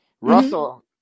Russell